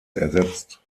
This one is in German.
ersetzt